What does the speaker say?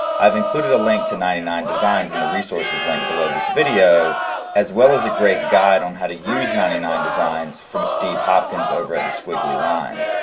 i have included a link to ninety nine designs in the resources link below this video as well as a great guide on how to use ninety nine designs from steve hopkins over at the squiggly line.